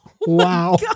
Wow